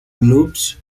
groups